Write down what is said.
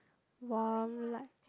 warm light